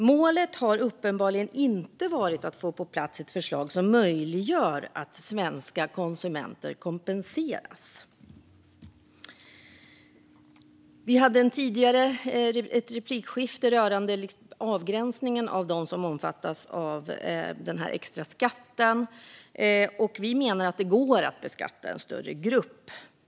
Målet har uppenbarligen inte varit att få på plats ett förslag som möjliggör att svenska konsumenter kompenseras. Vi hade ett replikskifte tidigare rörande avgränsningen av dem som omfattas av den extra skatten. Vi menar att det går att beskatta en större grupp.